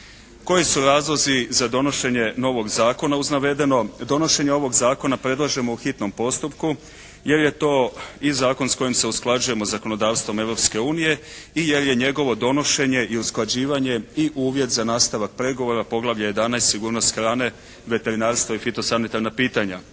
Koji su razlozi za donošenje novog zakona uz navedeno? Donošenje ovog zakona predlažemo u hitnom postupku jer je to i zakon s kojim se usklađujemo sa zakonodavstvom Europske unije i jer je njegovo donošenje i usklađivanje i uvjet za nastavak pregovora, poglavlje 11. sigurnost hrane, veterinarstva i fitosanitarna pitanja.